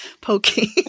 Pokey